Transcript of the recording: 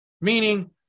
meaning